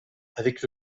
avec